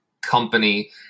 company